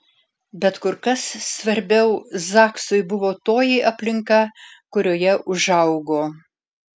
bet kur kas svarbiau zaksui buvo toji aplinka kurioje užaugo